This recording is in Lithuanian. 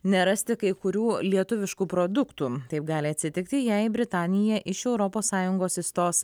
nerasti kai kurių lietuviškų produktų taip gali atsitikti jei britanija iš europos sąjungos išstos